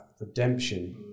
redemption